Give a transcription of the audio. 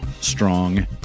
strong